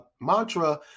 mantra